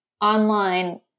online